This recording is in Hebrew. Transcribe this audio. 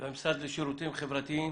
והמשרד לשירותים חברתיים